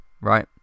right